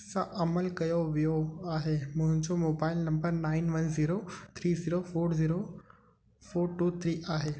सां अमल कयो वियो आहे मुंहिंजो mobile number nine one zero three zero four zero four two three आहे